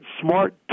smart